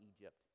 Egypt